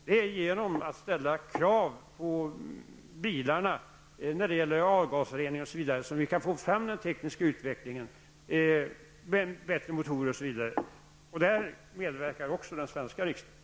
Det är genom att ställa krav på bilarna när det gäller avgasrening osv. som vi kan få till stånd en teknisk utveckling, bättre motorer osv. Där medverkar också den svenska riksdagen.